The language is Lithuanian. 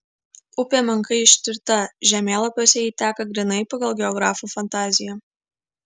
upė menkai ištirta žemėlapiuose ji teka grynai pagal geografų fantaziją